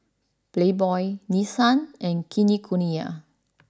Playboy Nissan and Kinokuniya